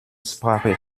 sprache